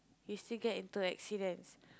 you still get into accidents